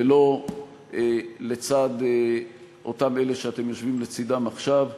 ולא לצד אותם אלה שאתם יושבים לצדם עכשיו.